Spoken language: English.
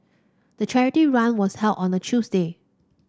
the charity run was held on a Tuesday